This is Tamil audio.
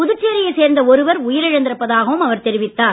புதுச்சேரியை சேர்ந்த ஒருவர் உயிர் இழந்திருப்பதாகவும் தெரிவித்தார்